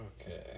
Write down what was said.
Okay